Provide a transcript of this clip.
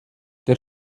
der